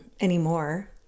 anymore